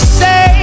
say